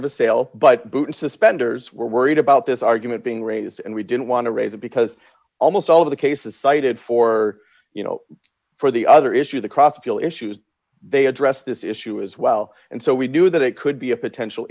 of a sale but boot and suspenders were worried about this argument being raised and we didn't want to raise it because almost all of the cases cited for you know for the other issue the crossbill issues they addressed this issue as well and so we knew that it could be a potential